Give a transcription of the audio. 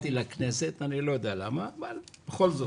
ובאתי לכנסת, אני לא יודע למה, אבל בכל זאת.